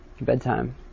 bedtime